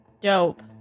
dope